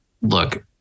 look